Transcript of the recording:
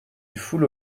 foules